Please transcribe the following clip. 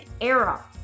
era